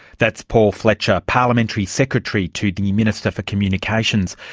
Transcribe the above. that's paul fletcher, parliamentary secretary to the minister for communications.